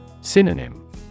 Synonym